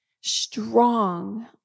strong